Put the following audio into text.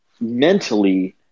mentally